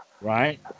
Right